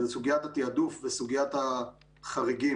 זו סוגית התעדוף וסוגית החריגים.